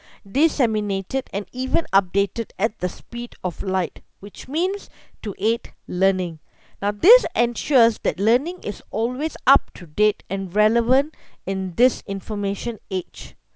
disseminated and even updated at the speed of light which means to aid learning now this ensures that learning is always up to date and relevant in this information age